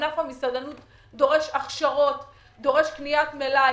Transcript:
ענף המסעדנות דורש הכשרות, דורש קניית מלאי.